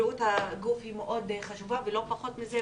בריאות הגוף מאוד חשובה ולא פחות מזה,